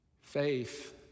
Faith